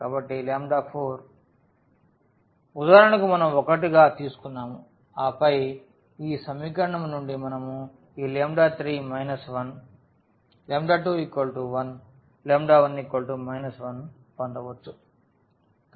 కాబట్టి 4 ఉదాహరణకు మనం 1 గా తీసుకున్నాము ఆపై ఈ సమీకరణం నుండి మనం ఈ 3 12 11 1 పొందవచ్చు